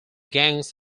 gangs